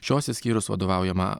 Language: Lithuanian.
šios išskyrus vadovaujamą